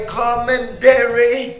commentary